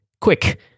quick